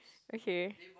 okay